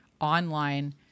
online